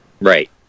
Right